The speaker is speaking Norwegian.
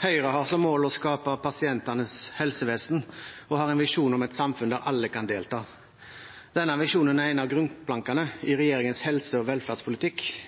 Høyre har som mål å skape pasientenes helsevesen og har en visjon om et samfunn der alle kan delta. Denne visjonen er en av grunnplankene i regjeringens helse- og velferdspolitikk,